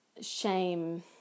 shame